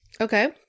Okay